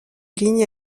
ligne